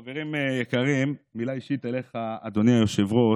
חברים יקרים, מילה אישית אליך, אדוני היושב-ראש.